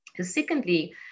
Secondly